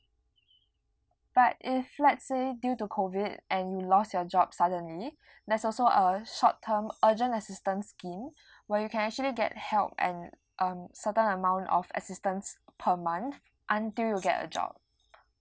but if let's say due to COVID and you lost your job suddenly there's also a short term urgent assistance scheme where you can actually get help and um certain amount of assistance per month until you get a job